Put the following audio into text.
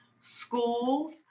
schools